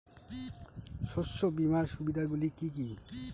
শস্য বিমার সুবিধাগুলি কি কি?